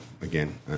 again